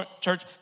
church